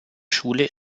schule